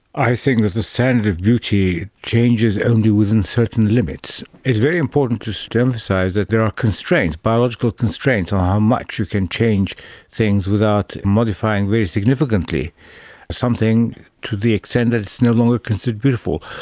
i think that the standard of beauty changes only within certain limits. it's very important to so to emphasise that there are biological constraints on how much you can change things without modifying very significantly something to the extent that it's no longer considered beautiful.